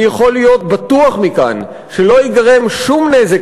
אני יכול להיות בטוח מכאן שלא ייגרם שום נזק